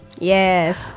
Yes